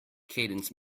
cadence